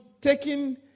taking